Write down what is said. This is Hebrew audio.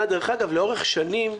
דרך אגב, לאורך שנים,